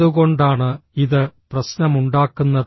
അതുകൊണ്ടാണ് ഇത് പ്രശ്നമുണ്ടാക്കുന്നത്